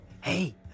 Hey